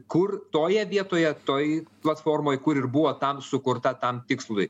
kur toje vietoje toj platformoj kur ir buvo tam sukurta tam tikslui